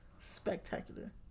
spectacular